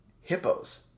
hippos